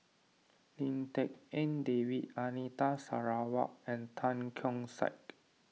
Lim Tik En David Anita Sarawak and Tan Keong Saik